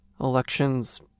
elections